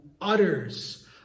utters